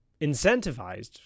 incentivized